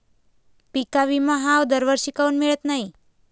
पिका विमा हा दरवर्षी काऊन मिळत न्हाई?